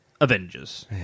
Avengers